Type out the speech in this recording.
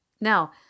Now